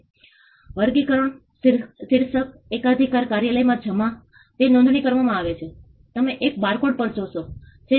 તેમનું ઘર તેમના પલંગ દિવાલોથી શરૂ થતાં તેમના મકાનોને નુકસાન થયું હતું જેથી તેમને ઘણું નુકસાન થયું છે